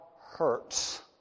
hurts